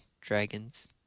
dragons